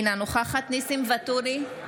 אינה נוכחת ניסים ואטורי,